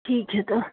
ठीक है तो